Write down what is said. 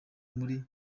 muri